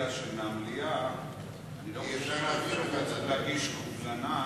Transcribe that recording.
אלא שמהמליאה אי-אפשר להעביר.